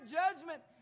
judgment